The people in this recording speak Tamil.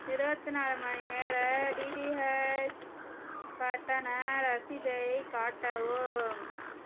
இருவத்தி நாலு மணி நேர டிடிஹெச் கட்டண ரசீதைக் காட்டவும்